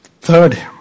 third